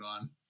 on